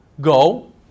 go